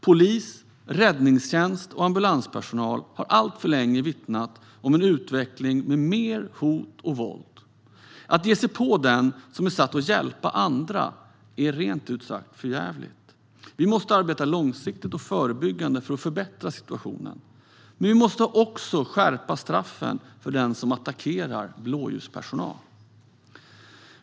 Polis, räddningstjänst och ambulanspersonal har alltför länge vittnat om en utveckling med mer hot och våld. Att ge sig på den som är satt att hjälpa andra är rent ut sagt för jävligt. Vi måste arbeta långsiktigt och förebyggande för att förbättra situationen. Men vi måste också skärpa straffen för den som attackerar blåljuspersonal.